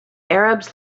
arabs